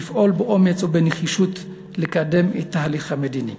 לפעול באומץ ובנחישות לקדם את התהליך המדיני.